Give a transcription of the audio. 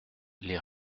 les